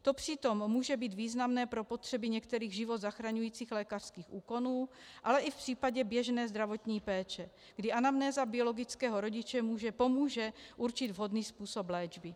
To přitom může být významné pro potřeby některých život zachraňujících lékařských úkonů, ale i v případě běžné zdravotní péče, kdy anamnéza biologického rodiče pomůže určit vhodný způsob léčby.